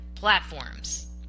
platforms